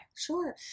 Sure